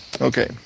Okay